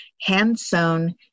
hand-sewn